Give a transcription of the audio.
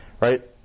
right